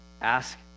Ask